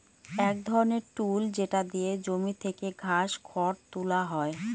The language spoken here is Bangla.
এক ধরনের টুল যেটা দিয়ে জমি থেকে ঘাস, খড় তুলা হয়